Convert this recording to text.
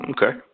Okay